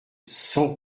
cent